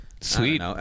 Sweet